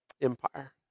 empire